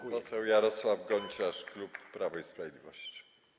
Pan poseł Jarosław Gonciarz, klub Prawo i Sprawiedliwość.